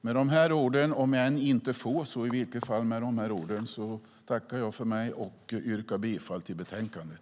Med dessa ord yrkar jag bifall till utskottets förslag i betänkandet.